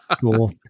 Cool